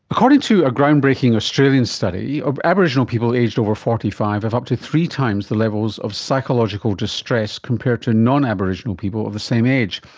according to a ground-breaking australian study aboriginal people aged over forty five have up to three times the levels of psychological distress compared to non-aboriginal people of the same age.